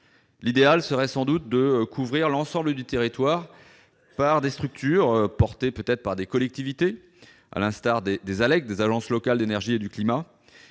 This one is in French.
L'idéal serait sans doute de couvrir l'ensemble du territoire de structures portées par les collectivités, à l'instar des ALEC, les agences locales de l'énergie et du climat,